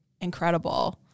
incredible